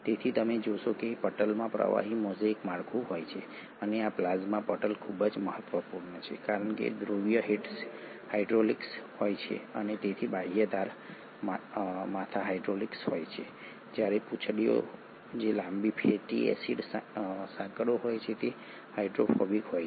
તેથી તમે જોશો કે પટલમાં પ્રવાહી મોઝેઇક માળખું હોય છે અને આ પ્લાઝ્મા પટલ ખૂબ જ મહત્વપૂર્ણ છે કારણ કે ધ્રુવીય હેડ્સ હાઇડ્રોફિલિક હોય છે તેથી બાહ્ય ધાર માથા હાઇડ્રોફિલિક હોય છે જ્યારે પૂંછડીઓ જે લાંબી ફેટી એસિડ સાંકળો હોય છે તે હાઇડ્રોફોબિક હોય છે